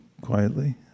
quietly